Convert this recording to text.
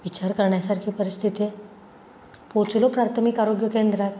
विचार करण्यासारखी परिस्थिती आहे पोहचलो प्राथमिक आरोग्य केंद्रात